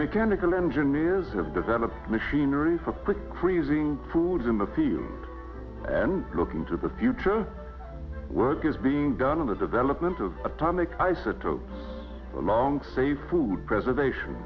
mechanical engineers have developed machinery for quick creasing tools in the field and look into the future work is being done in the development of atomic isotopes along safe food preservation